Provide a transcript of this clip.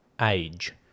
Age